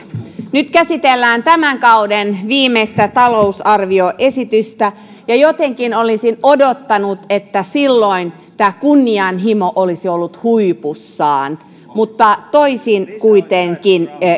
nyt käsitellään tämän kauden viimeistä talousarvioesitystä ja jotenkin olisin odottanut että silloin tämä kunnianhimo olisi ollut huipussaan mutta toisin kuitenkin